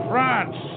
France